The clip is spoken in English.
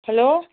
hello